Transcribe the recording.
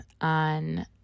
on